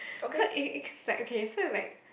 cause it it like okay so it likes